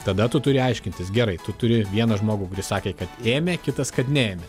tada tu turi aiškintis gerai tu turi vieną žmogų kuris sakė kad ėmė kitas kad neėmė